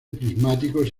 prismáticos